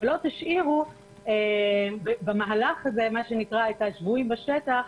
ולא תשאירו במהלך הזה את השבויים בשטח,